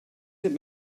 that